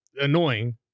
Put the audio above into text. annoying